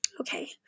okay